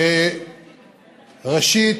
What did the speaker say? ראשית,